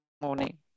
morning